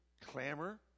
clamor